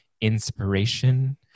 inspiration